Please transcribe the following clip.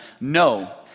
No